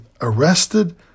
arrested